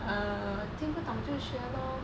err 听不懂就学 lor